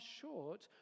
short